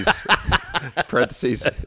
parentheses